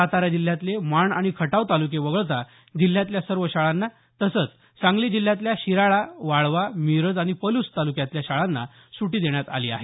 सातारा जिल्ह्यातले माण आणि खटाव तालुके वगळता जिल्ह्यातल्या सर्व शाळांना तसंच सांगली जिल्ह्यातल्या शिराळा वाळवा मिरज आणि पलूस तालुक्यातल्या शाळांना सुटी देण्यात आली आहे